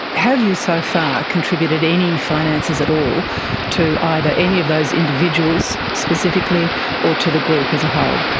have you so far contributed any finances at all to either any of those individuals specifically or to the group as a whole?